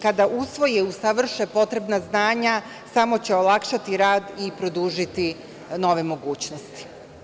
Kada usvoje i usavrše potrebna znanja samo će olakšati rad i produžiti nove mogućnosti.